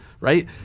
right